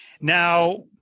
Now